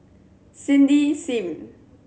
Cindy Sim